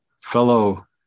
fellow